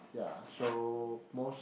ya so most